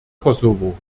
kosovo